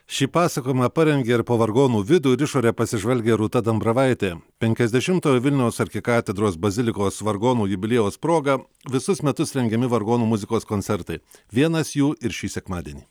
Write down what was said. šį pasakojimą parengė ir po vargonų vidų ir išorę pasižvalgė rūta dambravaitė penkiasdešimtojo vilniaus arkikatedros bazilikos vargonų jubiliejaus proga visus metus rengiami vargonų muzikos koncertai vienas jų ir šį sekmadienį